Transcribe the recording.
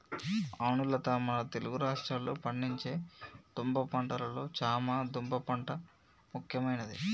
అవును లత మన తెలుగు రాష్ట్రాల్లో పండించే దుంప పంటలలో చామ దుంప పంట ముఖ్యమైనది